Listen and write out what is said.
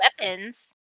weapons